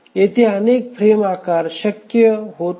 येथे अनेक फ्रेम आकार शक्य होत आहेत